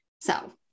So-